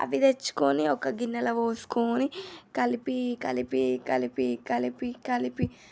అవి తెచ్చుకోని ఒక గిన్నెలో పోసుకోని కలిపి కలిపి కలిపి కలిపి కలిపి